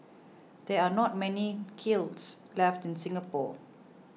there are not many kilns left in Singapore